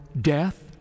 death